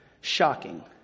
shocking